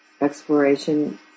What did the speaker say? exploration